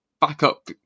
backup